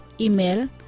Email